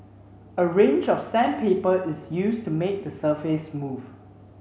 a range of sandpaper is used to make the surface smooth